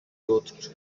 clothed